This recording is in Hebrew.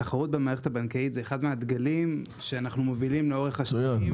תחרות במערכת הבנקאית זה אחד מהדגלים שאנחנו מובילים לאורך השנים.